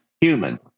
human